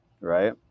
right